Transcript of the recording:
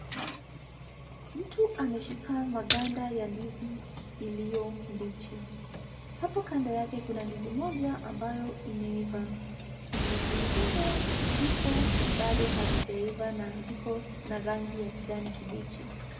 Mtu ameshika maganda ya ndizi iliyo mbichi. Hapo kando yake kuna ndizi ambayo imeiva. Ndizi zingine ziko bado hazijaiva na ziko na rangi ya kijani kibichi.